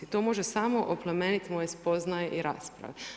To može samo oplemeniti moje spoznaje i rasprave.